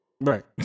Right